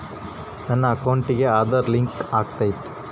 ನನ್ನ ಅಕೌಂಟಿಗೆ ಆಧಾರ್ ಲಿಂಕ್ ಆಗೈತಾ?